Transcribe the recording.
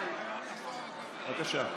בבקשה.